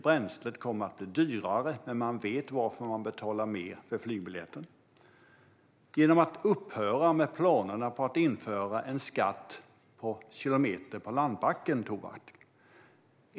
Bränslet kommer att bli dyrare, men man vet varför man betalar mer. Det handlar om att upphöra med planerna på att införa en skatt på kilometer på landbacken, Tovatt.